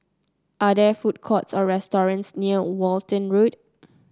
are there food courts or restaurants near Walton Road